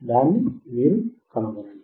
దాన్ని కనుగొనండి